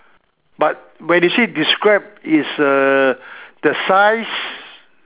but when you say describe is uh the size